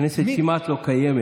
הכנסת כמעט לא קיימת